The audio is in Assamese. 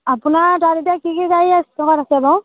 আপোনাৰ তাত এতিয়া কি কি গাড়ী ষ্টকত আছে বাৰু